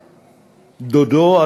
דודו,